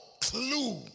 clue